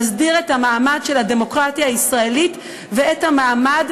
נסדיר את המעמד של הדמוקרטיה הישראלית ואת המעמד